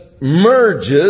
merges